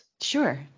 Sure